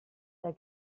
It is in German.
der